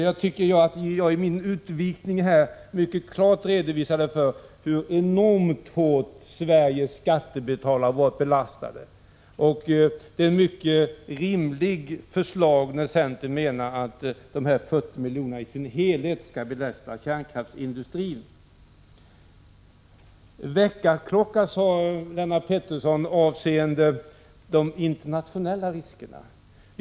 Jag tycker att jag i min utvikning mycket klart redogjorde för hur enormt hårt Sveriges skattebetalare har belastats. Det är ett mycket rimligt förslag av oss i centern när vi menar att dessa 40 miljoner i sin helhet skall belasta kärnkraftsindustrin. Lennart Pettersson sade att riskerna internationellt får fungera som väckarklocka.